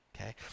okay